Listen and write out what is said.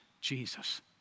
Jesus